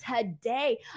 today